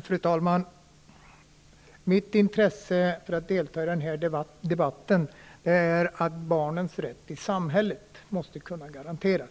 Fru talman! Mitt intresse för att delta i debatten kommer av att barnens rätt i samhället måste kunna garanteras.